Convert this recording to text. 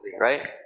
right